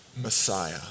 Messiah